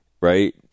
right